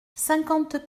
cinquante